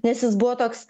nes jis buvo toks